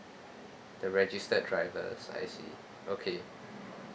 the registered drivers I see okay